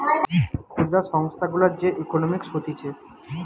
ক্ষুদ্র সংস্থা গুলার যে ইকোনোমিক্স হতিছে